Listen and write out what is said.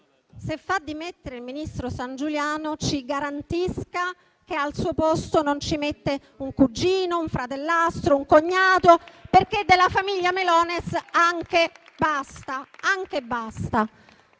se fa dimettere il ministro Sangiuliano, ci garantisca però che al suo posto non ci metterà un cugino, un fratellastro o un cognato, perché della famiglia *Melones* anche basta.